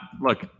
look